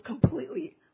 completely